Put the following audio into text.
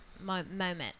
moment